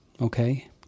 okay